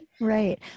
Right